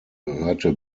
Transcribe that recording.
gehörte